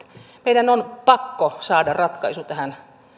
meidän on pakko saada ratkaisu tähän